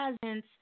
presence